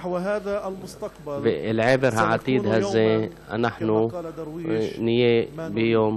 ואל עבר העתיד הזה אנחנו נהיה ביום